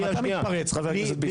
גם אתה מתפרץ, חבר הכנסת ביסמוט.